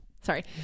sorry